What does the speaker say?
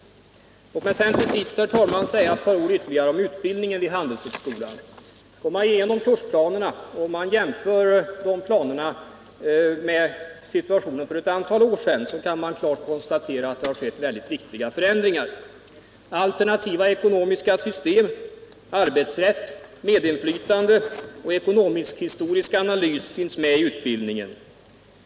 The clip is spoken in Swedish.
Låt mig till sist, herr talman, säga ytterligare ett par ord om utbildningen vid Handelshögskolan. Går man igenom kursplanerna och jämför dem med situationen för ett antal år sedan, kan man klart konstatera att det har skett mycket viktiga förändringar. Alternativa ekonomiska system, arbetsrätt, medinflytande och ekonomisk-historisk analys finns med i utbildningen.